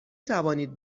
توانید